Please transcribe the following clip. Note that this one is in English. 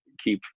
keep